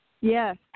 Yes